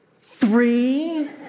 three